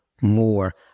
more